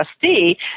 trustee